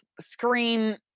screen